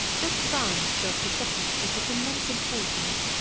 this branch of the subject is of immense importance,